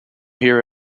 here